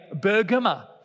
Bergama